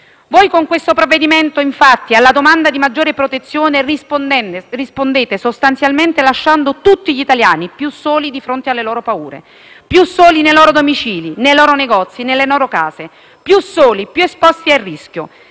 Voi, con questo provvedimento, infatti, alla domanda di maggiore protezione rispondete sostanzialmente lasciando tutti gli italiani più soli di fronte alle loro paure; più soli nei loro domicili, nei loro negozi, nelle loro case; più soli, più esposti al rischio.